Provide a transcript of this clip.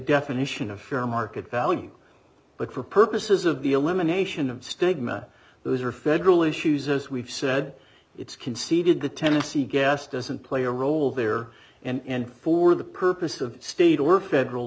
definition of fair market value but for purposes of the elimination of stigma those are federal issues as we've said it's conceded the tennessee gas doesn't play a role there and for the purpose of state or federal